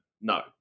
No